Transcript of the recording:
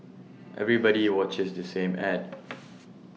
everybody watches the same Ad